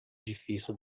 edifício